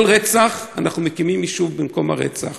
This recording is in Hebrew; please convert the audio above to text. שעל כל רצח אנחנו מקימים יישוב במקום הרצח,